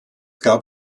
gab